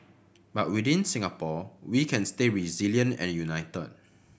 but within Singapore we can stay resilient and united